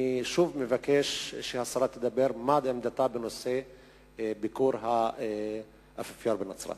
אני שוב מבקש שהשרה תאמר מה עמדתה בנושא ביקור האפיפיור בנצרת.